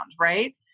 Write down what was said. Right